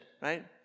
right